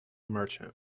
merchant